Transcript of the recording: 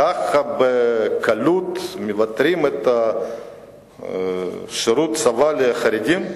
ככה בקלות מוותרים על השירות בצבא לחרדים?